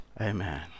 Amen